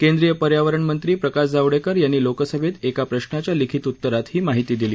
केंद्रीय पर्यावरण मंत्री प्रकाश जावडेकर यांनी लोकसभेत एका प्रश्नाच्या लिखित उत्तरात ही माहिती दिली